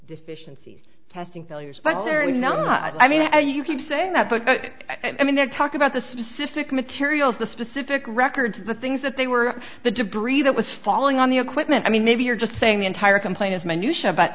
deficiencies testing failures but there is not i mean i you keep saying that but i mean they're talking about the specific materials the specific records the things that they were the debris that was falling on the equipment i mean maybe you're just saying the entire complaint is my new show but